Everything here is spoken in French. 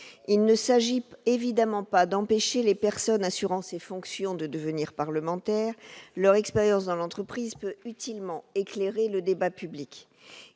Il ne s'agit évidemment pas d'empêcher les personnes assurant ces fonctions de devenir parlementaires : leur expérience dans l'entreprise peut utilement éclairer le débat public.